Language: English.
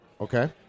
Okay